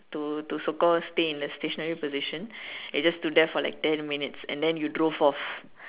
to to so call stay in a stationary position and you just stood there for like ten minutes and then you drove off